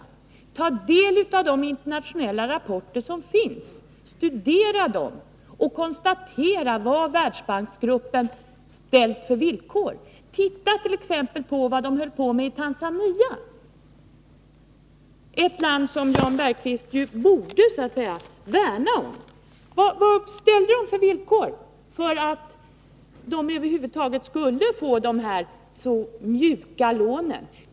Ta del av de internationella rapporter som finns, studera dem och konstatera vad Världsbanksgruppen har ställt för villkor! Titta t.ex. på vad man har gjort i Tanzania, ett land som Jan Bergqvist ju bör värna om. Vilka villkor ställde man för att landet över huvud taget skulle få dessa s.k. mjuka lån?